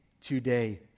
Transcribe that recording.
today